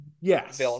Yes